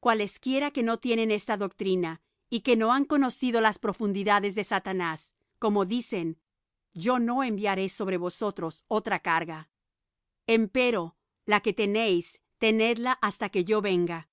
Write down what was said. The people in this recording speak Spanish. cualesquiera que no tienen esta doctrina y que no han conocido las profundidades de satanás como dicen yo no enviaré sobre vosotros otra carga empero la que tenéis tenedla hasta que yo venga